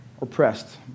oppressed